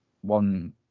one